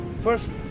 first